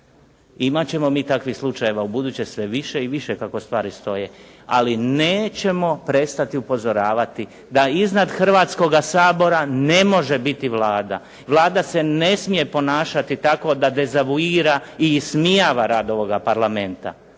Imat ćemo mi takvih slučajeva ubuduće sve više i više kako stvari stoje, ali nećemo prestati upozoravati da iznad Hrvatskoga sabora ne može biti Vlada, Vlada se ne smije ponašati tako da dezavuira i ismijava rad ovoga Parlamenta.